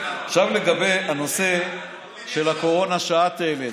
עכשיו לגבי הנושא של הקורונה שאת העלית,